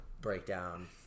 breakdown